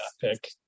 pick